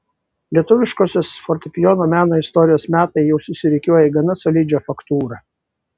lietuviškosios fortepijono meno istorijos metai jau susirikiuoja į gana solidžią faktūrą